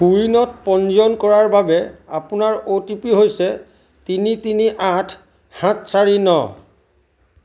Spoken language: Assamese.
কোৱিনত পঞ্জীয়ন কৰাৰ বাবে আপোনাৰ অ' টি পি হৈছে তিনি তিনি আঠ সাত চাৰি ন